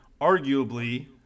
arguably